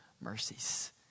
mercies